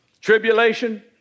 tribulation